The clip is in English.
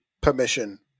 Permission